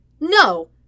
No